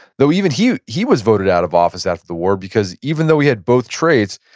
though even he he was voted out of office after the war because even though he had both traits,